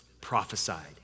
prophesied